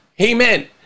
Amen